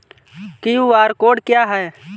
QR code क्या है?